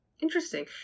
Interesting